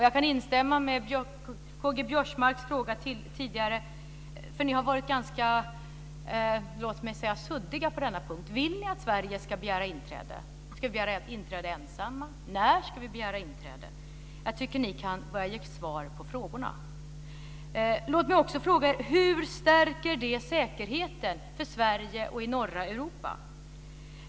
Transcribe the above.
Jag kan instämma i K-G Biörsmarks fråga tidigare. Ni har varit ganska, låt mig säga, suddiga på denna punkt. Vill ni att Sverige ska begära inträde? Ska vi begära inträde ensamma? När ska vi begära inträde? Jag tycker att ni kan börja ge svar på frågorna. Låt mig också fråga: Hur stärker det säkerheten för Sverige och norra Europa?